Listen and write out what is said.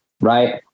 right